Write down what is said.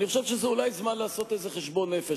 אני חושב שזה אולי זמן לעשות איזה חשבון נפש,